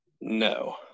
No